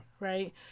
Right